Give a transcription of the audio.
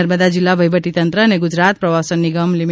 નર્મદા જિલ્લા વહિવટીતંત્ર અને ગુજરાત પ્રવાસન નિગમ લિ